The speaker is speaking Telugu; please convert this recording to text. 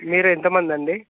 మరి ఎంత మంది అండి